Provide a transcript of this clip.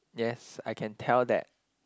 yes I can tell that